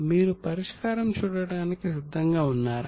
మీరు పరిష్కారం చూడటానికి సిద్ధంగా ఉన్నారా